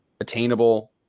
attainable